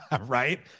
Right